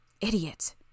Idiot